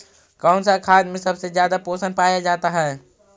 कौन सा खाद मे सबसे ज्यादा पोषण पाया जाता है?